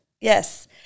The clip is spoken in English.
Yes